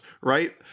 right